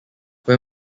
when